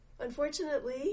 Unfortunately